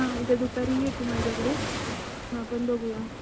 हां उद्या दुपारी ये तू माझ्याकडे मग आपण बघूया